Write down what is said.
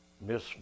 miss